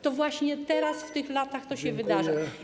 To właśnie teraz w tych latach to się wydarza.